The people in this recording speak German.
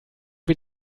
wir